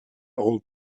old